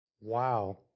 Wow